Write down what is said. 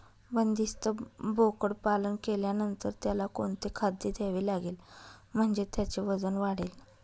बंदिस्त बोकडपालन केल्यानंतर त्याला कोणते खाद्य द्यावे लागेल म्हणजे त्याचे वजन वाढेल?